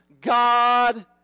God